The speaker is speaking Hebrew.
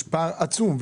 יש פער עצום.